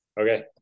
Okay